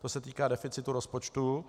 To se týká deficitu rozpočtu.